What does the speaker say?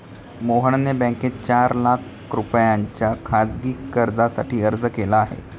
मोहनने बँकेत चार लाख रुपयांच्या खासगी कर्जासाठी अर्ज केला आहे